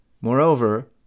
Moreover